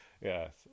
yes